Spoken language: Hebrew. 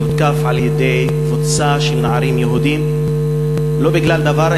שהותקף על-ידי קבוצה של נערים יהודים לא בגלל דבר,